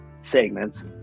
segments